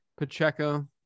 Pacheco